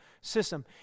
system